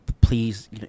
please